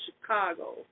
Chicago